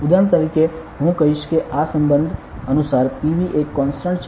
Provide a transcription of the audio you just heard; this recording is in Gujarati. ઉદાહરણ તરીકે હું કહીશ કે આ સંબંધ અનુસાર PV એક કોન્સ્ટન્ટ છે